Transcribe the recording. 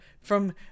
from-